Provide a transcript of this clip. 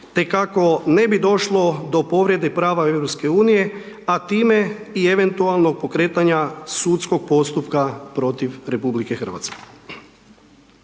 te kako ne bi došlo do povrede prava EU, a time i eventualnog pokretanja sudskog postupka protiv RH.